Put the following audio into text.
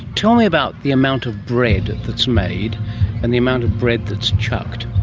tell me about the amount of bread that is made and the amount of bread that is chucked?